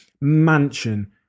Mansion